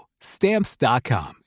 Stamps.com